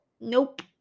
nope